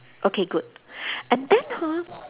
okay good and then hor